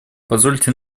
позвольте